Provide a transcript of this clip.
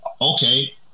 okay